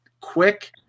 Quick